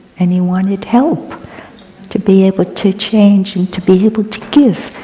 and he wanted help to be able to change and to be able to give.